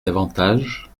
davantage